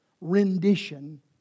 Rendition